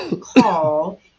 call